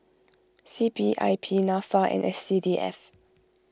C P I P Nafa and S C D F